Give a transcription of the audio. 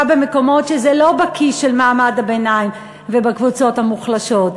ממקומות שהם לא הכיס של מעמד הביניים והקבוצות המוחלשות,